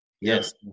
Yes